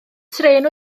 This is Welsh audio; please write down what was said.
trên